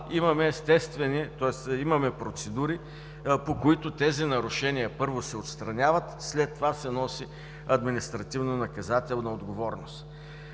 имаме процедури, по които тези нарушения, първо, се отстраняват, след това се носи административно-наказателна отговорност.